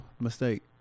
mistake